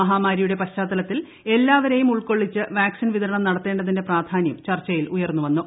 മഹാമാരിയുടെ പശ്ചാത്തലത്തിൽ എല്ലാവരെയും ഉൾക്കൊള്ളിച്ച് വാക്സിൻ വിതരണം നട്ടത്തേണ്ടതിന്റെ പ്രാധാന്യം ചർച്ചയിൽ ഉയർന്നുവന്നു